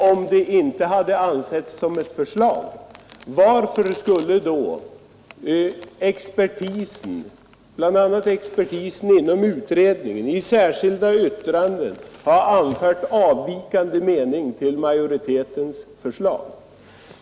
Om de inte hade betraktats som ett förslag, varför skulle då bl.a. expertisen inom utredningen i särskilda yttranden ha anfört avvikande mening till majoritetens förslag?